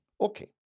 Okay